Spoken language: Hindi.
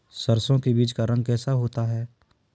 सरसों के बीज का रंग कैसा होता है?